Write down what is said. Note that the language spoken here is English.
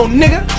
nigga